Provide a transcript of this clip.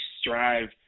strive